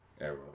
Arrow